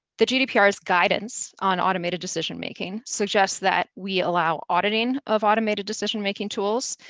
the gdpr's guidance on automated decision-making suggests that we allow auditing of automated decision making tools,